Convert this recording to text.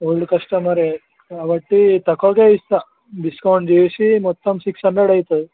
old కస్టమరే కాబట్టి తక్కువకే ఇస్తాను డిస్కౌంట్ చేసి మొత్తం సిక్స్ హండ్రెడ్ అవుతాయి